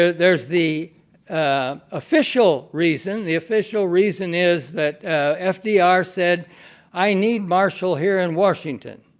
there is the official reason, the official reason is that fdr said i need marshall here in washington.